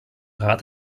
rat